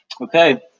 Okay